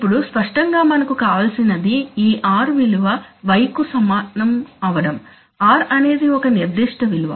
ఇప్పుడు స్పష్టంగా మనకు కావలసినది ఈ r విలువ y కు సమానం అడం r అనేది ఒక నిర్దిష్ట విలువ